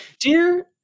Dear